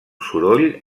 soroll